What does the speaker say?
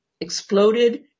exploded